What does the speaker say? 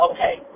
Okay